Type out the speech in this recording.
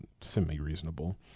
semi-reasonable